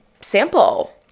sample